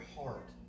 heart